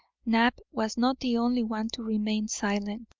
knapp was not the only one to remain silent.